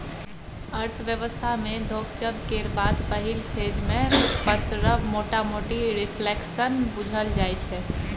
अर्थव्यवस्था मे घोकचब केर बाद पहिल फेज मे पसरब मोटामोटी रिफ्लेशन बुझल जाइ छै